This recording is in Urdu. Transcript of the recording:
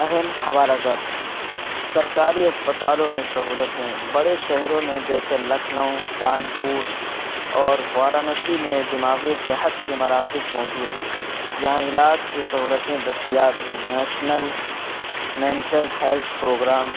اہم حوالہ جات سرکاری اسپتالوں میں سہولتیں بڑے شہروں میں جیسے لکھنؤ کانپور اور وارانسی میں دماغی صحت کے مراکز موجود ہیں جہاں علاج کی سہولتیں دستیاب ہیں نیشنل مینٹل ہیلتھ پروگرام